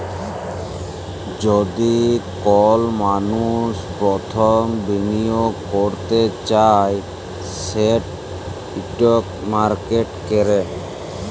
যদি কল মালুস পরথম বিলিয়গ ক্যরতে চায় সেট ইস্টক মার্কেটে ক্যরে